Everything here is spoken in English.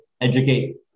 educate